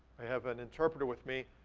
i have an interpreter with me.